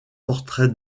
portraits